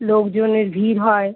লোকজনের ভিড় হয়